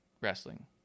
wrestling